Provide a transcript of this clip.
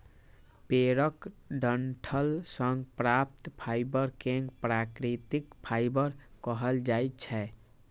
पेड़क डंठल सं प्राप्त फाइबर कें प्राकृतिक फाइबर कहल जाइ छै